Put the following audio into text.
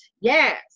Yes